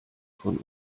von